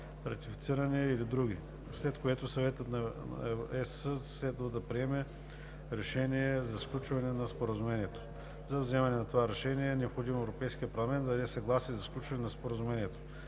(ратифициране или други), след което Съветът на Европейския съюз следва да приеме решение за сключване на Споразумението. За вземане на това решение е необходимо Европейският парламент да даде съгласие за сключване на Споразумението.